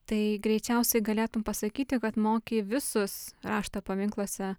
tai greičiausiai galėtum pasakyti kad moki visus rašto paminkluose